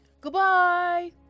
Goodbye